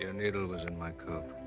ah needle was in my coat